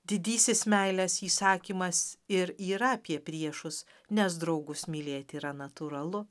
didysis meilės įsakymas ir yra apie priešus nes draugus mylėti yra natūralu